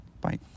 Bye